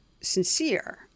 sincere